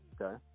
Okay